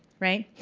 right?